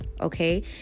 okay